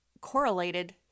correlated